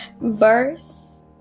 verse